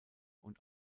und